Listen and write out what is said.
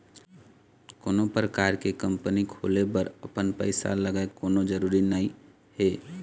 कोनो परकार के कंपनी खोले बर अपन पइसा लगय कोनो जरुरी नइ हे